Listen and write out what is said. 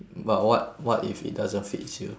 but what what if it doesn't fits you